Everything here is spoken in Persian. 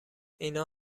اینا